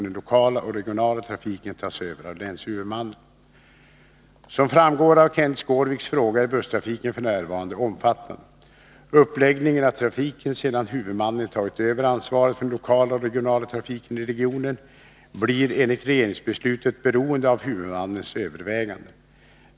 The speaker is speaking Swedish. Uppläggningen av trafiken, sedan huvudman 13 december 1982 nen tagit över ansvaret för den lokala och regionala trafiken i regionen, blir enligt regeringsbeslutet beroende av huvudmannens överväganden.